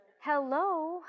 Hello